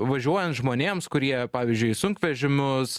važiuojant žmonėms kurie pavyzdžiui sunkvežimius